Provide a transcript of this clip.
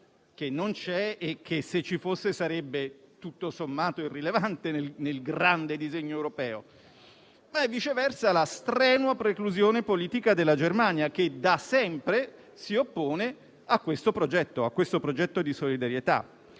che non c'è e che, se ci fosse, sarebbe tutto sommato irrilevante nel grande disegno europeo, ma, viceversa, la strenua preclusione politica della Germania che da sempre si oppone a questo progetto di solidarietà.